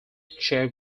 che